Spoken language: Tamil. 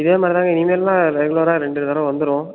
இதே மாதிரிதாங்க இனிமேல்லாம் ரெகுலராக ரெண்டு தடவை வந்துரும்